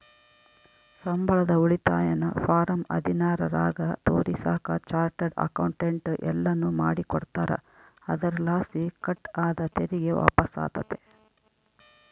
ಸಂಬಳದ ಉಳಿತಾಯನ ಫಾರಂ ಹದಿನಾರರಾಗ ತೋರಿಸಾಕ ಚಾರ್ಟರ್ಡ್ ಅಕೌಂಟೆಂಟ್ ಎಲ್ಲನು ಮಾಡಿಕೊಡ್ತಾರ, ಅದರಲಾಸಿ ಕಟ್ ಆದ ತೆರಿಗೆ ವಾಪಸ್ಸಾತತೆ